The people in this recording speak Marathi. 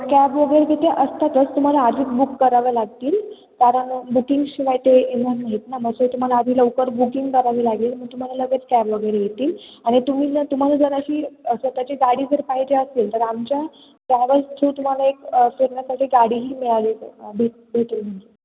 कॅब वगैरे तिथे असतातच तुम्हाला आधीच बुक कराव्या लागतील कारण बुकिंगशिवाय ते येणार नाहीत ना म्हणजे तुम्हाला आधी लवकर बुकिंग करावी लागेल मग तुम्हाला लगेच कॅब वगैरे येतील आणि तुम्ही ज तुम्हाला जर अशी स्वतःची गाडी जर पाहिजे असेल तर आमच्या ट्रॅव्हल्स थ्रू तुम्हाला एक फिरण्यासाठी गाडीही मिळाली भेट भेटेल म्हणजे